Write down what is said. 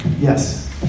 yes